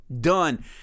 Done